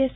S